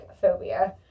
phobia